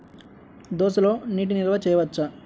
దోసలో నీటి నిల్వ చేయవచ్చా?